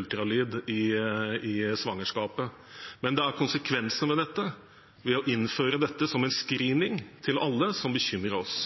ultralydundersøkelse i svangerskapet. Men det er konsekvensene av å innføre dette som en screening til alle som bekymrer oss.